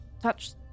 touch